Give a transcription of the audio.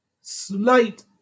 slight